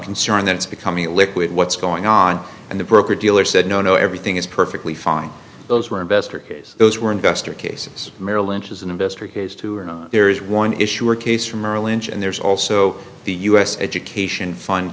concerned that it's becoming illiquid what's going on and the broker dealer said no no everything is perfectly fine those were investor case those were investor cases merrill lynch is an investor case too and there is one issue or case for merrill lynch and there's also the u s education fund